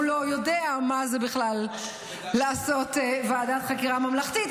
הוא לא יודע מה זה בכלל לעשות ועדת חקירה ממלכתית.